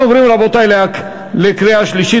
אנחנו עוברים, רבותי, לקריאה שלישית.